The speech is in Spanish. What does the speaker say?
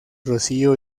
rocío